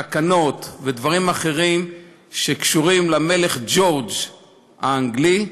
תקנות ודברים אחרים שקשורים למלך ג'ורג' האנגלי,